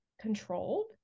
controlled